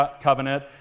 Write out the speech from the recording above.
covenant